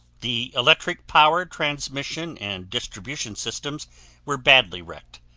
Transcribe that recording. the electric power transmission and distribution systems were badly wrecked.